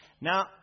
Now